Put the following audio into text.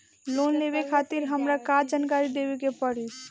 Loan लेवे खातिर हमार का का जानकारी देवे के पड़ी?